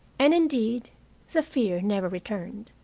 and indeed the fear never returned.